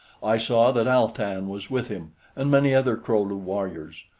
i saw that al-tan was with him and many other kro-lu warriors.